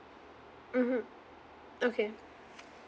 mmhmm okay